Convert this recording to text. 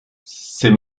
ses